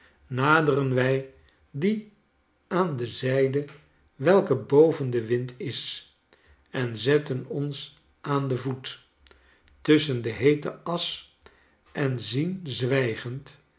naderen wij dien aan de zijde welke boven den wind is en zetten ons aan den voet tusschen de heete asch en zien zwijgend